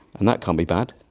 and that can't be bad.